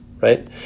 right